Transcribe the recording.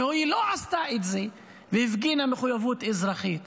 והיא לא עשתה את זה והפגינה מחויבות אזרחית,